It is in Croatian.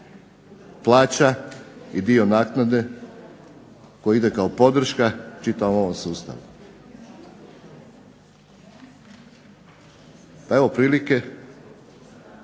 plaća i dio naknade koji ide kao podrška čitavom ovom sustavu. Pa evo prilike